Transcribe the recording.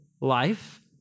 life